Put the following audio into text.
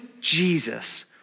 Jesus